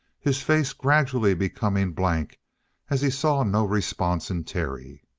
his face gradually becoming blank as he saw no response in terry.